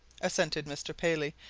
assented mr. paley.